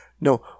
No